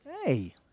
Hey